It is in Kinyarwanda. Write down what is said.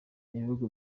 ibihugu